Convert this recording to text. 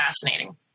fascinating